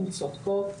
הם צודקות.